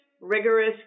rigorous